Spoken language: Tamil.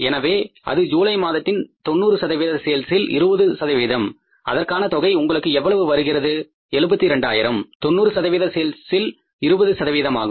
எனவே அது ஜூலை மாதத்தின் 90 சேல்ஸில் 20 அதற்கான தொகை உங்களுக்கு எவ்வளவு வருகின்றது 72000 90 சதவீத சேல்ஸில் 20 சதவீதமாகும்